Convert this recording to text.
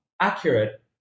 accurate